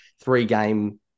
three-game